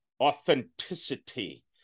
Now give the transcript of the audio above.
Authenticity